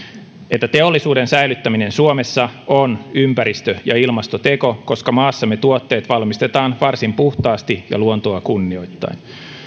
että teollisuuden säilyttäminen suomessa on ympäristö ja ilmastoteko koska maassamme tuotteet valmistetaan varsin puhtaasti ja luontoa kunnioittaen